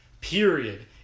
period